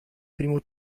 primo